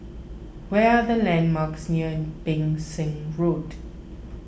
where are the landmarks near Pang Seng Road